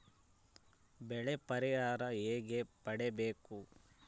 ಬೆಳೆ ಪರಿಹಾರ ಹೇಗೆ ಪಡಿಬೇಕು?